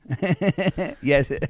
yes